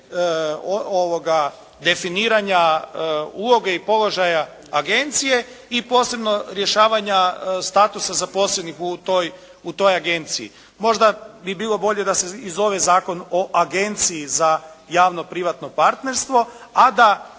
definiranja uloge i položaja agencije i posebno rješavanja statusa zaposlenih u toj agenciji. Možda bi bilo bolje da se i zove Zakon o Agenciji za javno-privatno partnerstvo, a da